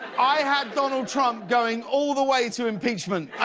i had donald trump going all the way to impeachment. i